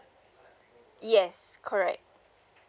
yes correct